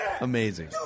Amazing